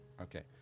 Okay